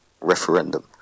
referendum